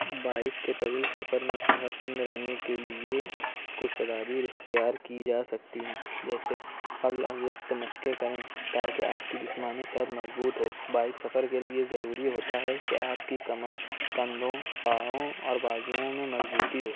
bike کے طویل سفر میں صحت مند رہنے کے لیے کچھ تدابیر اختیار کی جا سکتی ہیں جیسے قبل از وقت مشقیں کریں تاکہ آپ کی جسمانی صحت مضبوط ہو بائیک سفر کے لیے ضروری ہوتا ہے کہ آپ کی کمر کندھوں باہوں اور بازوؤں میں مضبوطی ہو